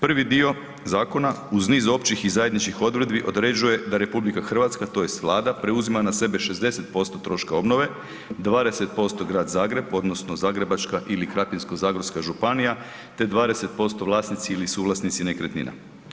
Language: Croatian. Prvi dio zakona uz niz općih i zajedničkih odredbi određuje da RH, tj. Vlada preuzima na sebe 60% troška obnove, 20% grad Zagreb, odnosno Zagrebačka ili Krapinko-zagorska županija te 20% vlasnici ili suvlasnici nekretnina.